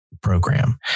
program